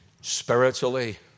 Spiritually